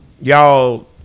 Y'all